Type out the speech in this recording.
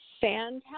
Fantastic